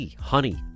honey